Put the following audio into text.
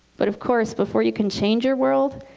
but of course before you can change your world,